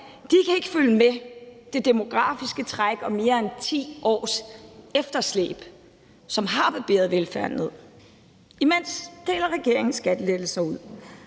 ja, kan ikke følge med det demografiske træk og mere end 10 års efterslæb, som har barberet velfærden ned. Imens deler regeringen skattelettelser ud.